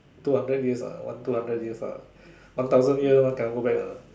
two hundreds years ah one two hundred years ah one thousand years one cannot go back ah